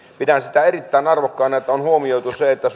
pidän sitä erittäin arvokkaana että on huomioitu se että